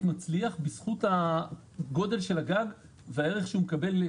מצליח בזכות גודל של הגג והערך שהוא מקבל.